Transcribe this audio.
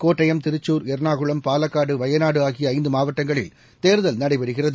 கோட்டயம் திருச்சூர் எர்ணாக்குளம் பாலக்காடு வயநாடு ஆகிய ஐந்து மாவட்டங்களில் தேர்தல் நடைபெறுகிறது